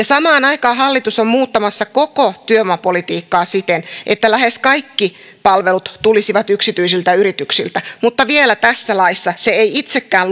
samaan aikaan hallitus on muuttamassa koko työvoimapolitiikkaa siten että lähes kaikki palvelut tulisivat yksityisiltä yrityksiltä mutta vielä tässä laissa se ei itsekään